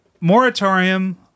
moratorium